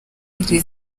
iri